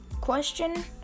question